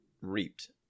reaped